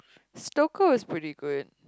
stocker is pretty good